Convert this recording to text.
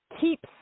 keeps